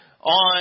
on